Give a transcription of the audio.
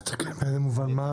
לתקן באיזה מובן?